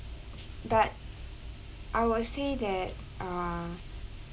but I will say that err